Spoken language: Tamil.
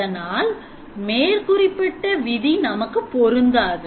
அதனால் மேற்குறிப்பிட்ட விதி நமக்கு பொருந்தாது